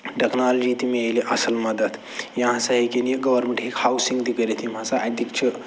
technology تہِ مِلہِ اَصٕل مدد یا ہسا ہیٚکٮ۪ن یہِ گورمٮ۪نٛٹ ہیٚکہِ ہاوسِنٛگ تہِ کٔرِتھ یِم ہسا اَتِکۍ چھِ